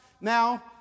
now